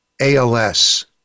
ALS